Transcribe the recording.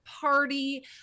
party